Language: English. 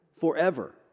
forever